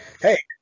Hey